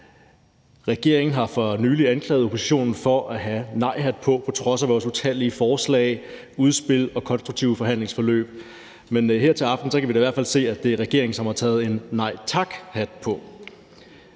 Regeringen har for nylig anklaget oppositionen for at have nejhatten på til trods for vores utallige forslag, udspil og konstruktive forhandlingsforløb; men her til aften kan vi da i hvert fald se, at det er regeringen, som har taget en nej tak-hat på.